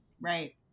Right